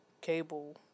cable